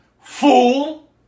Fool